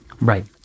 Right